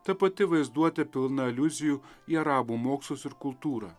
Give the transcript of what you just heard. ta pati vaizduotė pilna aliuzijų į arabų mokslus ir kultūrą